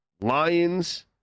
Lions